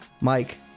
Mike